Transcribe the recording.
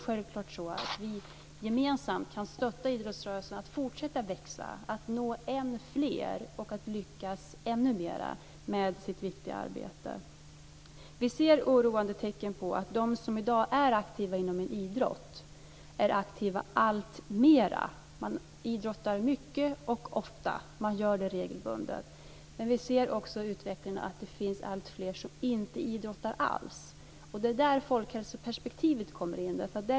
Självklart kan vi gemensamt stötta idrottsrörelsen att fortsätta växa, att nå än fler och att lyckas ännu bättre med sitt viktiga arbete. Vi ser oroande tecken i dag. De som är aktiva inom en idrott är alltmer aktiva. Man idrottar mycket och ofta, man gör det regelbundet. Men vi ser också att det finns alltfler som inte idrottar alls. Det är där folkhälsoperspektivet kommer in.